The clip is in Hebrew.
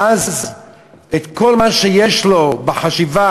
ואז את כל מה שיש לו בחשיבה,